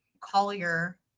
collier